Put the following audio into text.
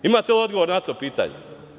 Imate li odgovor na to pitanje?